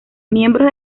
miembros